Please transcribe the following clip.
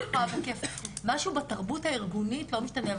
משהו בתרבות הארגונית לא משתנה,